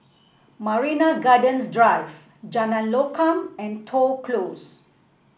Marina Gardens Drive Jalan Lokam and Toh Close